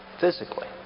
physically